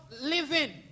living